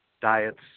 diets